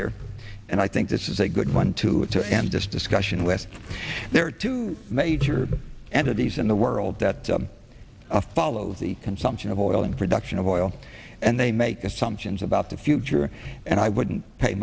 here and i think this is a good one too to end this discussion with there are two major entities in the world that follows the consumption of oil and production of oil and they make assumptions about the future and i wouldn't pay